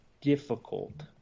difficult